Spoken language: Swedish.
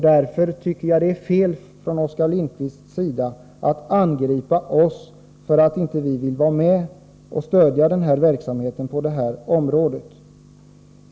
Därför tycker jag att det är fel av Oskar Lindkvist att angripa oss för att vi inte vill vara med och stödja verksamheten på detta område.